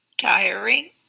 tiring